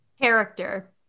character